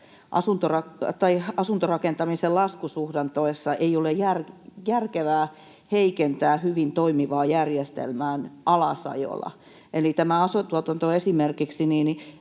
asuntorakentamisen laskusuhdanteessa ei ole järkevää heikentää hyvin toimivaa järjestelmää alasajolla. Esimerkiksi